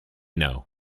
know